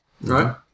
Right